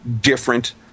different